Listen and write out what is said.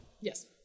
Yes